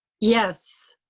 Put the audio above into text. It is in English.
yes.